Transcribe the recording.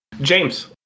James